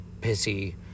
pissy